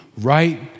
right